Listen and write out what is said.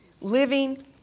living